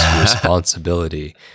responsibility